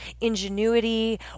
ingenuity